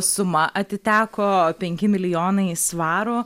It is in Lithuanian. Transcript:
suma atiteko penki milijonai svarų